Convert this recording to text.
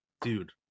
dude